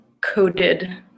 coded